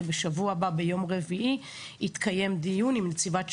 ובשבוע הבא ביום רביעי יתקיים דיון עם נציבת שב"ס,